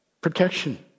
Protection